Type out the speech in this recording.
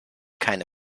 keine